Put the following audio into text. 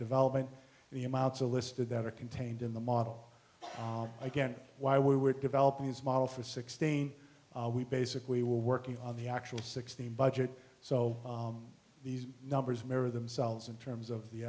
development the amounts of listed that are contained in the model again why we were developing this model for sixteen we basically were working on the actual sixteen budget so these numbers mirror themselves in terms of the